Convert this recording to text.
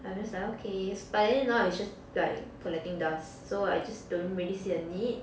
I'm just like okay but then now it's just like collecting dust so I just don't really see a need